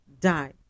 die